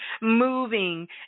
moving